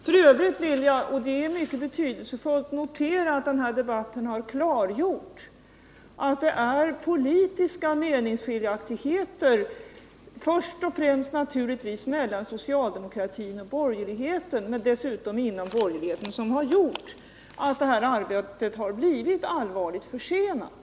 F. ö. vill jag — och det är mycket betydelsefullt — notera att den här debatten har klargjort att det är politiska meningsskiljaktigheter, främst naturligtvis mellan socialdemokratin och borgerligheten men dessutom inom borgerligheten, som har medfört att det här arbetet har blivit allvarligt försenat.